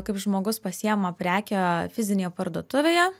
kaip žmogus pasiima prekę fizinėje parduotuvėje